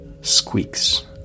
Squeaks